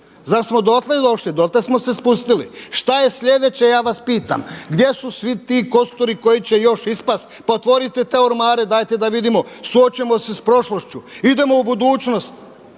Zar smo dotle došli? Dotle smo se spustili? Šta je sljedeće ja vas pitam, gdje su svi ti kosturi koji će još ispast? Pa otvorite te ormare dajte da vidimo, suočimo se s prošlošću. Idemo u budućnost.